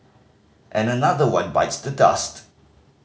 and another one bites the dust